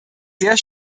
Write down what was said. sehr